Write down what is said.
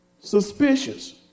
Suspicious